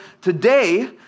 today